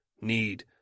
need